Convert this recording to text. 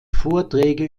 vorträge